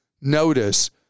notice